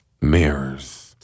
Mirrors